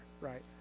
right